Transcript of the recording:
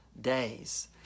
days